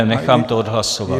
Nechám to odhlasovat.